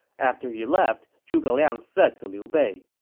after he left, zhuge liang said to liu bei,